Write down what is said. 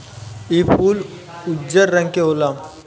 इ फूल उजर रंग के होला